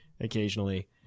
occasionally